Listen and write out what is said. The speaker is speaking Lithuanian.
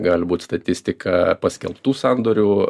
gali būt statistika paskelbtų sandorių